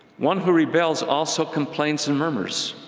one who rebels also complains and murmurs.